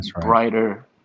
brighter